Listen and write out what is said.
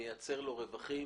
אני מאוד שמח על הצעת החוק הזאת,